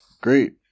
Great